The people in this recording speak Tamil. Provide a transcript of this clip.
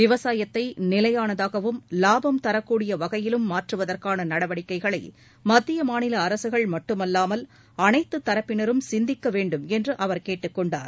விவசாயத்தை நிலையானதாகவும் லாபம் தரக்கூடிய வகையிலும் மாற்றுவதற்கான நடவடிக்கைகளை மத்திய மாநில அரசுகள் மட்டுமல்லாமல் அனைத்து தரப்பினரும் சிந்திக்க வேண்டுமென்று அவர் கேட்டுக் கொண்டார்